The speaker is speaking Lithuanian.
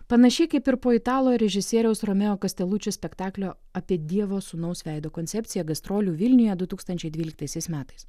panašiai kaip ir po italo režisieriaus romeo kastelučio spektaklio apie dievo sūnaus veido koncepciją gastrolių vilniuje du tūkstančiai dvyliktaisiais metais